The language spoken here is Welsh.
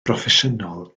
broffesiynol